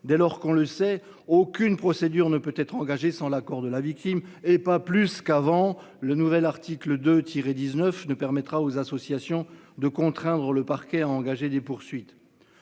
dès lors qu'on le sait, aucune procédure ne peut être engagée sans l'accord de la victime et pas plus qu'avant le nouvel article de tirer 19 ne permettra aux associations de contraindre le parquet a engagé des poursuites